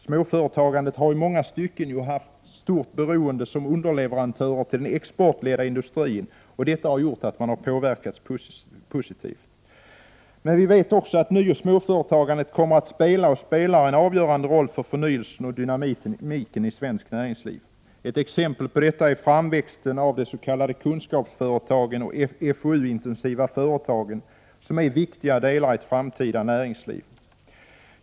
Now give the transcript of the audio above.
Småföretagandet har i många stycken haft stor betydelse som underleverantör till den exportledda industrin, och detta har självfallet också gjort att den påverkats positivt. Vi vet att nyoch småföretagandet spelar och kommer att spela en avgörande roll för förnyelsen och dynamiken i svenskt näringsliv. Ett exempel på detta är framväxten av de s.k. kunskapsföretagen och FOU intensiva företagen som är viktiga delar i det framtida näringslivet.